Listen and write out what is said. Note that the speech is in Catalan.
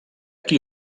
qui